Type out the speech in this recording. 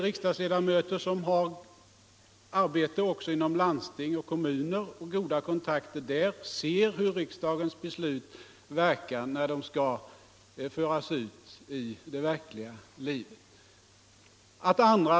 Riksdagsledamöter, som arbetar inom landsting och kommuner, har goda kontakter där och ser hur riksdagens beslut verkar, när de förs ut i det praktiska livet.